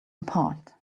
apart